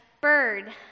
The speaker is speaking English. bird